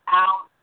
out